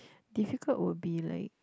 difficult would be like